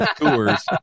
tours